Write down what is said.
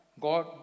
God